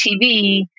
TV